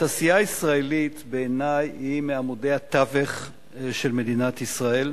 התעשייה הישראלית בעיני היא מעמודי התווך של מדינת ישראל.